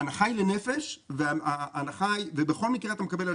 ההנחה היא לנפש ובכל מקרה אתה מקבל על